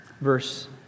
Verse